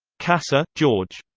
cassar, george.